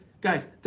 guys